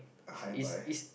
hi bye